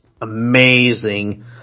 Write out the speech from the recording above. amazing